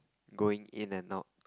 going in and out